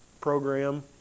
program